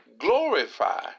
glorify